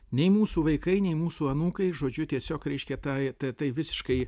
nei mūsų vaikai nei mūsų anūkai žodžiu tiesiog reiškia tai tatai visiškai